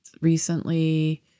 recently